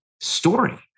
story